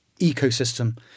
ecosystem